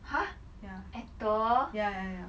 !huh! actor